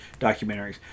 documentaries